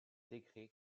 décrets